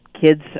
kids